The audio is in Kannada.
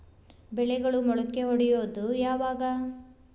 ಬೆಳೆಗಳು ಮೊಳಕೆ ಒಡಿಯೋದ್ ಯಾವಾಗ್?